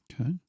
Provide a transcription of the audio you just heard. okay